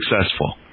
successful